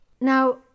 Now